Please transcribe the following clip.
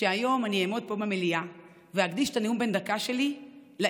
שהיום אני אעמוד פה במליאה ואקדיש את הנאום בן הדקה שלי להן,